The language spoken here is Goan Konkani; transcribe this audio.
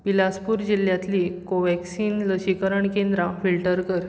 बिलासपूर जिल्ल्यांतलीं कोव्हॅक्सिन लसीकरण केंद्रां फिल्टर कर